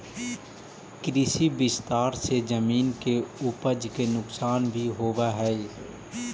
कृषि विस्तार से जमीन के उपज के नुकसान भी होवऽ हई